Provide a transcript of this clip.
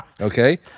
Okay